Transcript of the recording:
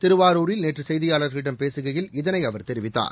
திருவாரூரில் நேற்று செய்தியாளர்களிடம் பேசுகையில் இதனை அவர் தெரிவித்தார்